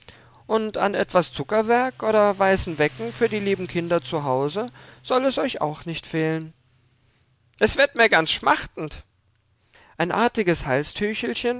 und an etwas zuckerwerk oder weißen wecken für die lieben kinder zu hause soll es euch auch nicht fehlen es wird mir ganz schmachtend ein artiges